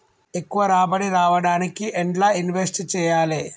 ఎక్కువ రాబడి రావడానికి ఎండ్ల ఇన్వెస్ట్ చేయాలే?